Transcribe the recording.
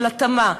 להתאמה,